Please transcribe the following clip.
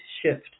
shift